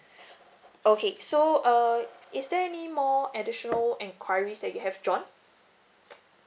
okay so uh is there any more additional enquiries that you have john